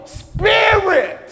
spirit